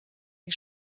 die